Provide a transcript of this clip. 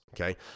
okay